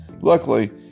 Luckily